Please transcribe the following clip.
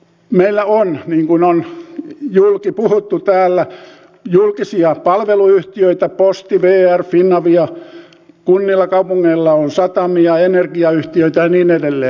meillä on niin kuin on julki puhuttu täällä julkisia palveluyhtiöitä posti vr finavia kunnilla ja kaupungeilla on satamia energiayhtiöitä ja niin edelleen